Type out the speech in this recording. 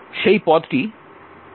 সেই পদটি ইতিমধ্যে আলোচনা করা হয়েছে